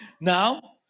Now